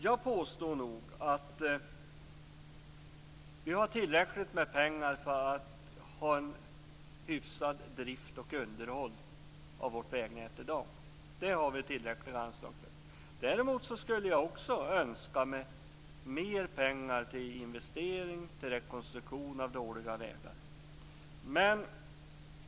Jag påstår nog att vi har tillräckligt med pengar för att ha en hyfsad drift och ett hyfsat underhåll av vårt vägnät i dag. Det har vi tillräckliga anslag för. Däremot skulle jag också önska att vi hade mer pengar till investeringar i och rekonstruktion av dåliga vägar.